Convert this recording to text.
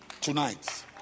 tonight